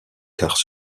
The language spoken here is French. quarts